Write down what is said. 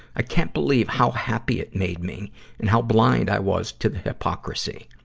i can't believe how happy it made me and how blind i was to the hypocrisy.